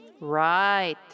Right